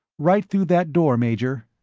right through that door, major.